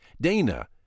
Dana